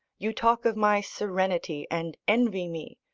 you talk of my serenity, and envy me.